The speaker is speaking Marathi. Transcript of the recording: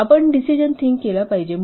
तर आपण निर्णय केला पाहिजे